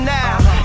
now